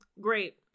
great